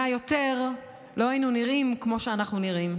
יותר לא היינו נראים כמו שאנחנו נראים.